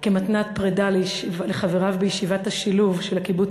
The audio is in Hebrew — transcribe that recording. כמתנת פרידה לחבריו בישיבת השילוב של הקיבוץ